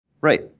Right